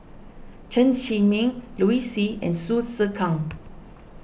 Chen Zhiming Liu Si and Hsu Tse Kwang